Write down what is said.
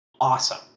awesome